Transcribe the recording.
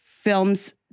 films